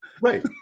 right